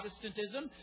Protestantism